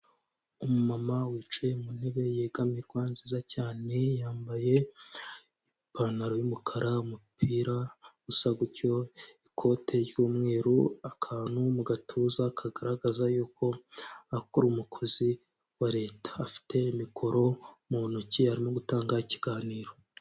Umumama wicaye mu ntebe yegamirwa nziza cyane, yambaye ipantaro y'umukara, umupira usa gutyo, ikote ry'umweru, akantu mu gatuza kagaragaza yuko akora umukozi wa leta, afite mikoro mu ntoki arimo gutanga ikiganiro.